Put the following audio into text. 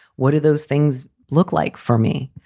what do those things look like for me?